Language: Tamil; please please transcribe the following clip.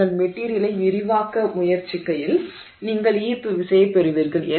நீங்கள் மெட்டிரியலை விரிவாக்க முயற்சிக்கையில் நீங்கள் ஈர்ப்பு விசையைப் பெறுவீர்கள்